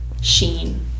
sheen